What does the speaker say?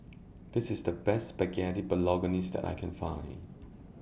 This IS The Best Spaghetti Bolognese that I Can Find